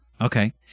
Okay